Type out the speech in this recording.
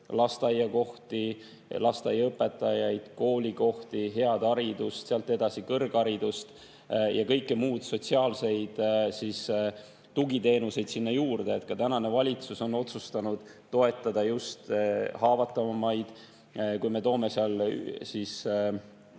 lasteaiakohti, lasteaiaõpetajaid, koolikohti, head haridust, sealt edasi kõrgharidust ja kõike muud, sotsiaalseid tugiteenuseid sinna juurde. Tänane valitsus on otsustanud toetada just haavatavamaid. Kui me toome elatisabi,